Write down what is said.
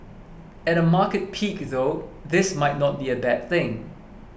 at a market peak though this might not be a bad thing